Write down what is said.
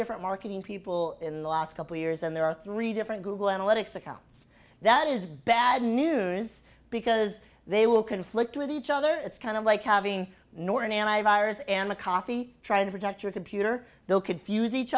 different marketing people in the last couple years and there are three different google analytics accounts that is bad news because they will conflict with each other it's kind of like having norton anti virus and a coffee trying to protect your computer will confuse each